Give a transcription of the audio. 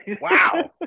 Wow